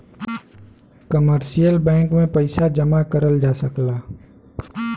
commercial bank में पइसा जमा करल जा सकला